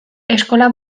eskola